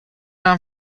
nám